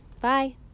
Bye